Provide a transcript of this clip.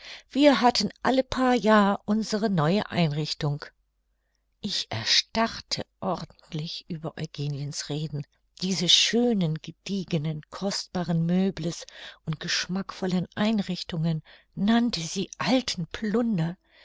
wir hatten alle paar jahr unsere neue einrichtung ich erstarrte ordentlich über eugeniens reden diese schönen gediegenen kostbaren meubles und geschmackvollen einrichtungen nannte sie alten plunder